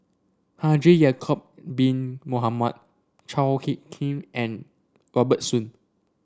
Haji Ya'acob Bin Mohamed Chao HicK Tin and Robert Soon